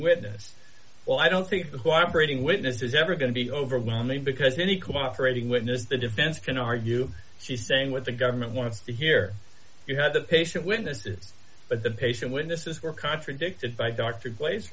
witness well i don't think the cooperating witness is ever going to be overwhelming because any cooperating witness the defense can argue she's saying what the government wants to hear you had the patient witnesses but the patient witnesses were contradicted by d